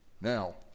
Now